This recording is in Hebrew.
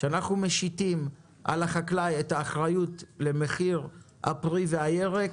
כשאנחנו משיתים על החקלאי את האחריות על מחיר הפרי והירק